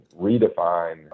redefine